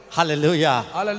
Hallelujah